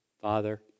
Father